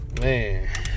Man